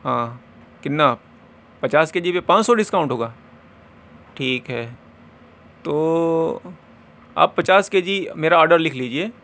ہاں کتنا پچاس کے جی پہ پانچ سو ڈسکاؤنٹ ہوگا ٹھیک ہے تو آپ پچاس کے جی میرا آڈر لکھ لیجیے